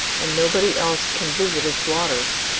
and nobody else can visit its waters.